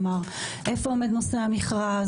כלומר, איפה עומד נושא המכרז?